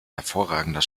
hervorragender